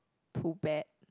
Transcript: pull back